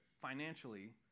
financially